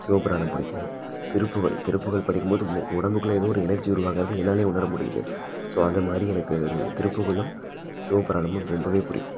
சிவப்புராணம் பிடிக்கும் திருப்புகழ் திருப்புகழ் படிக்கும் போது ஒ உடம்புக்குள்ள ஏதோ ஒரு எனர்ஜி உருவாகிறது என்னாலேயே உணர முடியுது ஸோ அந்த மாதிரி எனக்கு ஒரு திருப்புகழும் சிவப்புராணமும் ரொம்பவே பிடிக்கும்